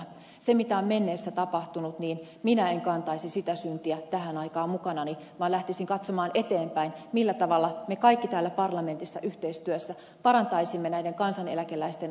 sitä syntiä mitä on menneessä tapahtunut minä en kantaisi tähän aikaan mukanani vaan lähtisin katsomaan eteenpäin millä tavalla me kaikki täällä parlamentissa yhteistyössä parantaisimme näiden kansaneläkeläisten asemaa